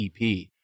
EP